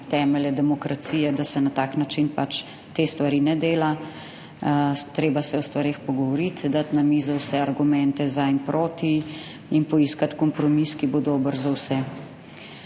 temelje demokracije, da se na tak način pač te stvari ne dela. Treba se je o stvareh pogovoriti, dati na mizo vse argumente za in proti in poiskati kompromis, ki bo dober za vse.